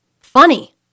Funny